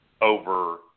over